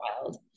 wild